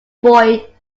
boy